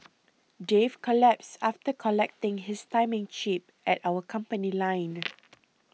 dave collapsed after collecting his timing chip at our company line